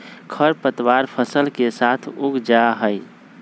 खर पतवार फसल के साथ उग जा हई